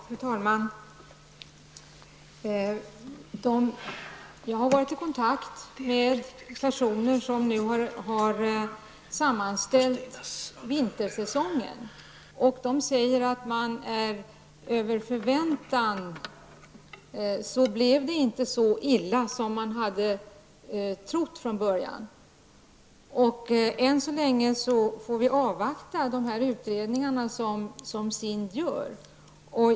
Fru talman! Jag har varit i kontakt med personer som har sammanställt siffrorna för vintersäsongen, och de säger att dessa blev över förväntan. Det blev inte så illa som man hade trott från början. Än så länge får vi avvakta de utredningar som SIND gör.